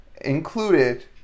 included